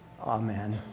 Amen